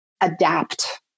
adapt